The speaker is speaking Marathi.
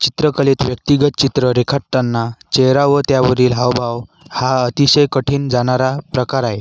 चित्रकलेत व्यक्तिगत चित्र रेखाटताना चेहरा व त्यावरील हावभाव हा अतिशय कठीण जाणारा प्रकार आहे